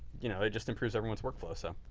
you know it just improves everyone's workflow. so